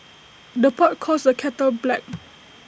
the pot calls the kettle black